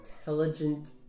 intelligent